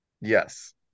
Yes